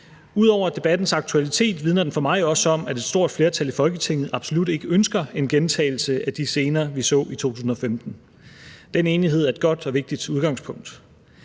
Ud over debattens aktualitet vidner den for mig også om, at et stort flertal i Folketinget absolut ikke ønsker en gentagelse af de scener, vi så i 2015. Den enighed er et godt og vigtigt udgangspunkt.